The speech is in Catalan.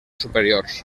superiors